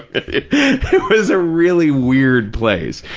it was a really weird place,